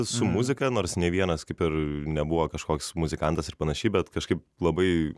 su muzika nors nei vienas kaip ir nebuvo kažkoks muzikantas ir panašiai bet kažkaip labai